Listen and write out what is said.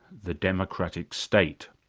the democratic state?